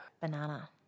Banana